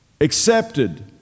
accepted